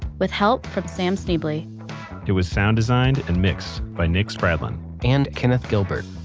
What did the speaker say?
with help from sam schneble. it was sound designed and mixed by nick spradlin and kenneth gilbert.